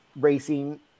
racing